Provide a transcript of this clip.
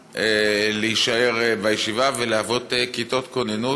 להישאר בישיבה ולהוות כיתות כוננות.